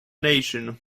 nation